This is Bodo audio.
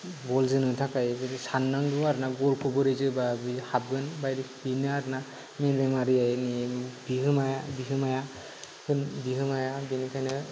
बल जोनो थाखाय साननांगौ बोरै जोबा हाबगोन बेनो आरो मेलेमनि बिहोमाया बिनिखायनो